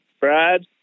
Brad